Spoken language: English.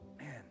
man